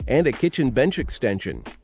and a kitchen bench extension.